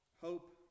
hope